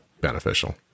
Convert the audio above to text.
beneficial